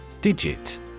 Digit